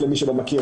למי שלא מכיר,